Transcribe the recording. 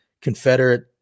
Confederate